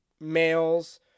males